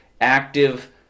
active